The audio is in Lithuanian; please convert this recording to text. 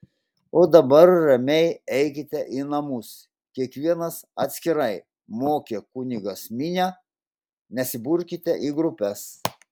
o dabar ramiai eikite į namus kiekvienas atskirai mokė kunigas minią nesiburkite į grupes